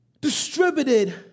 distributed